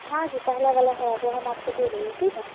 ہاں جی پہلا والا ہے وہ ہم آپ کو دے دیں گے ٹھیک ہے